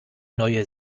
neue